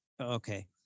Okay